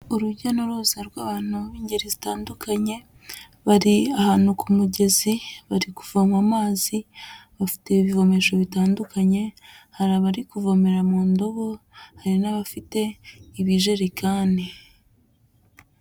Urujya n'uruza rw'abantu b'ingeri zitandukanye bari ahantu ku mugezi, barikuvoma amazi, bafite ibivomesho bitandukanye. Hari abari kuvomera mu ndobo, hari n'abafite ibijerekani.